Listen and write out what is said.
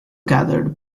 gathered